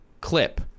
clip